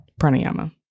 Pranayama